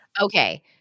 Okay